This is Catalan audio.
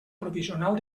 provisional